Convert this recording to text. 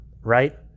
right